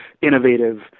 innovative